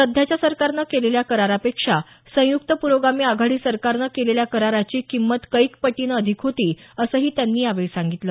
सध्याच्या सरकारनं केलेल्या करारापेक्षा संयुक्त पुरोगामी आघाडी सरकारनं केलेल्या कराराची किमंत कैकपटीनं अधिक होती असंही त्यानी यावेळी सांगितलं